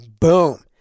boom